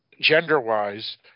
gender-wise